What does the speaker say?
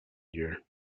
year